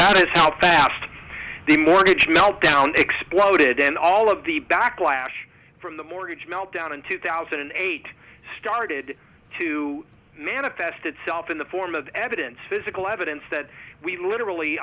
helped the mortgage meltdown exploded and all of the backlash from the mortgage meltdown in two thousand and eight started to manifest itself in the form of evidence physical evidence that we literally